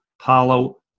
Paulo